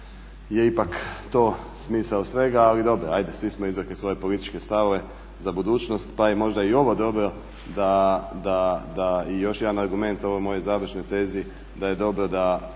je ipak to smisao svega. Ali dobro ajde svi smo izrekli svoje političke stavove za budućnost pa je možda i ovo dobro i još jedan argument ovoj mojoj završnoj tezi da je dobro da